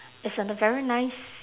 it's a very nice